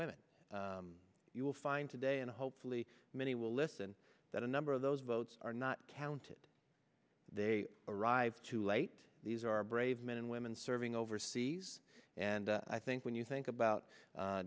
women you will find today and hopefully many will listen that a number of those votes are not counted they arrive too late these are brave men and women serving overseas and i think when you think about